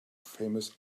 famous